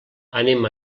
anem